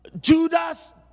Judas